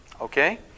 Okay